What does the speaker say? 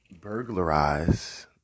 burglarize